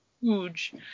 Huge